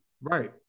Right